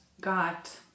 got